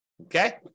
okay